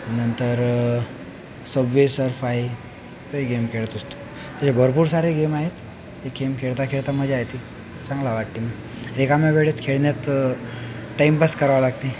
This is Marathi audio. नंतर सबवे सरफाई ते ही गेम खेळत असतो असे भरपूर सारे गेम आहे ते गेम खेळता खेळता मजा येते चांगलं वाटते रिकाम्या वेळेत खेळण्यात टाइमपास करावा लागते